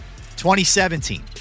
2017